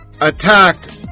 attacked